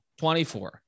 24